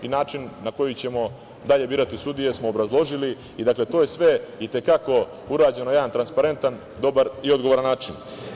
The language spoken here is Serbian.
Način na koji ćemo dalje birati sudije smo obrazložili i to je sve i te kako urađeno na jedan transparentan, dobar i odgovoran način.